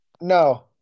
No